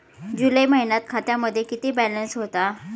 जुलै महिन्यात खात्यामध्ये किती बॅलन्स होता?